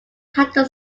title